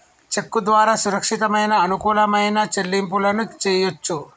చెక్కు ద్వారా సురక్షితమైన, అనుకూలమైన చెల్లింపులను చెయ్యొచ్చు